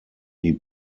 die